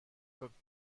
cooked